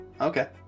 Okay